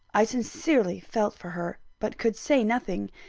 i sincerely felt for her but could say nothing.